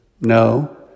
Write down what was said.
No